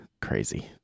Crazy